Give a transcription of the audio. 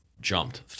jumped